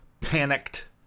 panicked